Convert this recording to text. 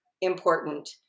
important